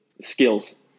skills